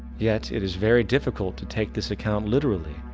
yet it is very difficult to take this account literally,